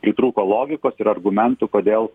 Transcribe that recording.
pritrūko logikos ir argumentų kodėl